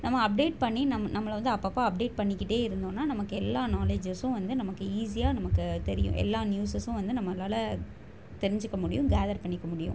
நம்ம அப்டேட் பண்ணி நம் நம்மளை வந்து அப்பப்போ அப்டேட் பண்ணிக்கிட்டே இருந்தோம்னா நமக்கு எல்லா நாலெட்ஜஸ்ஸும் வந்து நமக்கு ஈஸியாக நமக்கு தெரியும் எல்லா நியூஸஸ்ஸும் வந்து நம்மளால் தெரிஞ்சிக்க முடியும் கேதர் பண்ணிக்க முடியும்